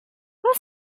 will